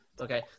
Okay